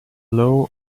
law